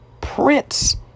prince